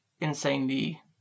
insanely